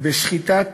בשחיטת